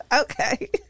Okay